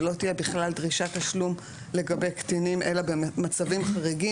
שלא תהיה בכלל דרישת תשלום לגבי קטינים אלא במצבים חריגים.